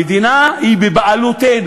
המדינה היא בבעלותנו,